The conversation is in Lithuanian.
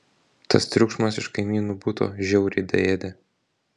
tas triukšmas iš kaimynų buto žiauriai daėdė